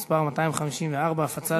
מס' 254: הפצת דברי שנאה בבית-ספר.